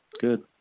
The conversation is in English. good